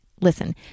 Listen